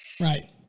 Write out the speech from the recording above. Right